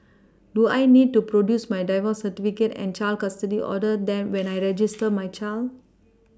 do I need to produce my divorce certificate and child custody order then when I register my child